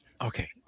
Okay